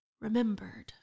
remembered